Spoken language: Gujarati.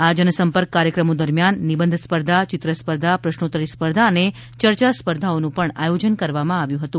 આ જનસંપર્ક કાર્યક્રમો દરમિયાન નિબંધ સ્પર્ધા ચિત્ર સ્પર્ધા પ્રશ્નોત્તરી સ્પર્ધા અને ચર્ચા સ્પર્ધાઓનું પણ આયોજન કરવામાં આવ્યું હતું